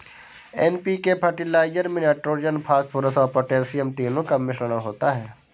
NPK fertilizer में nitrogen, phosphorus और potassium तीनों का मिश्रण होता है